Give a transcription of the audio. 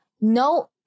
No